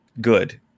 good